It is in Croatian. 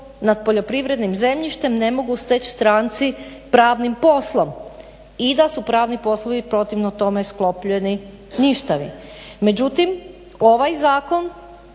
nad poljoprivrednim zemljištem ne mogu steć stranci pravnim poslom i da su pravni poslovi protivno tome sklopljeni ništavi. Međutim ovaj zakon